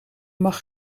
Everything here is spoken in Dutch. mag